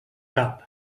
cap